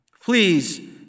please